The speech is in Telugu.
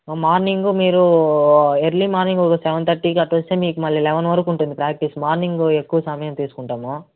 మార్నింగు మీరు ఎర్లీ మార్నింగ్ ఓ సెవెన్ థర్టీకి అట్టొస్తే మీకు మళ్ళీ లెవన్ వరకు ఉంటుంది ప్రాక్టీస్ మార్నింగు ఎక్కువ సమయం తీసుకుంటాము